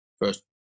first